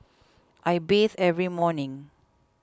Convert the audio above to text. I bathe every morning